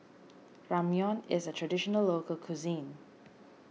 Ramyeon is a Traditional Local Cuisine